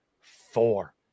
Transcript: four